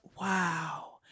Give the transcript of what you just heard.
wow